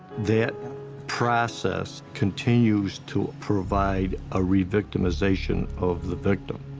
that process continues to provide a re-victimization of the victim.